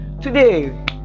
Today